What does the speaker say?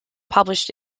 published